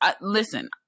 listen